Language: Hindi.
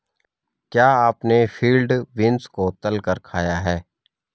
क्या आपने फील्ड बीन्स को तलकर खाया है?